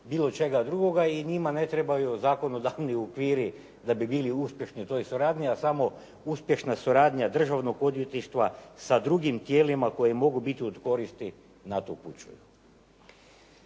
bilo čega drugoga i njima ne trebaju zakonodavni okviri da bi bili uspješni, tj. suradnja samo, uspješna suradnja Državnog odvjetništva sa drugim tijelima koje mogu biti od koristi na tu kuću.